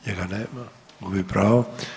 Njega nema, gubi pravo.